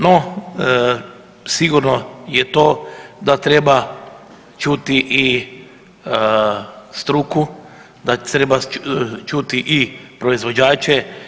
No, sigurno je to da treba čuti i struku, da treba čuti i proizvođače.